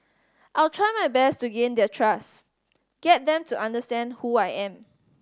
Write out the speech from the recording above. I'll try my best to gain their trust get them to understand who I am